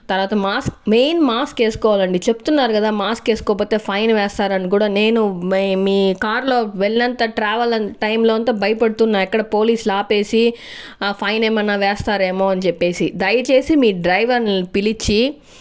తర్వాత mask main mask వేసుకోవాలండి చెప్తున్నారు కదా మాస్క్ వేసుకోకపోతే ఫైన్ వేస్తారని కూడా నేను మీ మీ కారులో వెళ్లినంత ట్రావెల్ టైంలో అంతా భయపడుతూ ఉన్న ఎక్కడ పోలీసులు ఆపేసి ఫైన్ ఏమైనా వేస్తారేమో అని చెప్పేసి దయచేసి మీ డ్రైవర్ని పిలిచి